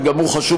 וגם הוא חשוב,